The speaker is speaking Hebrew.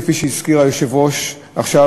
כפי שהזכיר היושב-ראש עכשיו,